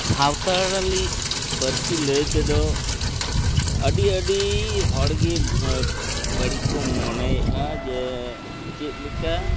ᱥᱟᱱᱛᱟᱲᱤ ᱯᱟᱹᱨᱥᱤ ᱞᱟᱹᱭ ᱛᱮᱫᱚ ᱟᱹᱰᱤ ᱟᱹᱰᱤ ᱦᱚᱲᱜᱮ ᱵᱟᱹᱲᱤᱡ ᱠᱚ ᱢᱚᱱᱮᱭᱮᱫᱼᱟ ᱡᱮ ᱪᱮᱫ ᱞᱮᱠᱟ